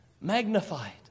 magnified